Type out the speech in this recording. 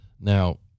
Now